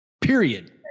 period